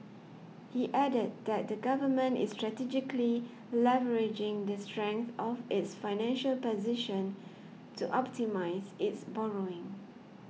he added that the Government is strategically leveraging the strength of its financial position to optimise its borrowing